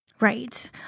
Right